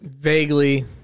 Vaguely